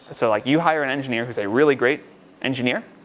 so like you hire an engineer who is a really great engineer,